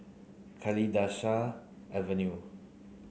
Kalidasa Avenue